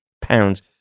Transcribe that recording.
pounds